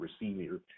receiver